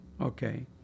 okay